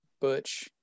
butch